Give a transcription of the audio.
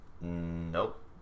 nope